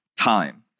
time